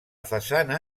façana